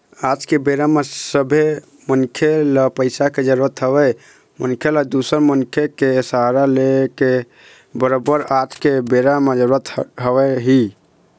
आज के बेरा म सबे मनखे ल पइसा के जरुरत हवय मनखे ल दूसर मनखे के सहारा लेके बरोबर आज के बेरा म जरुरत हवय ही